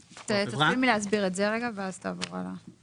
לחברה, תתחיל מלהסביר את זה רגע ואז תעבור הלאה.